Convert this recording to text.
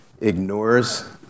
ignores